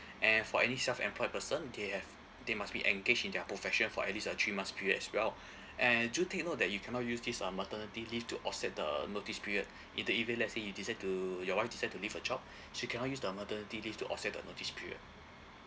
and for any self employed person they have they must be engaged in their profession for at least a three months period as well and do take note that you cannot use this uh maternity leave to offset the notice period in the event let's say you decide to your wife decide to leave a job she cannot use the maternity leave to offset the notice period